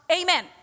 amen